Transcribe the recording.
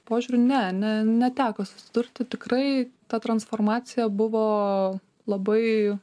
požiūriu ne ne neteko susidurti tikrai ta transformacija buvo labai